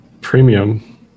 premium